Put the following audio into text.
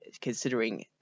considering